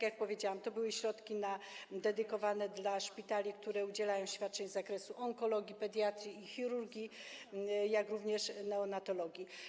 Jak powiedziałam, to były środki dedykowane dla szpitali, które udzielają świadczeń z zakresu onkologii, pediatrii i chirurgii, jak również neonatologii.